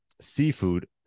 seafood